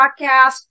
podcast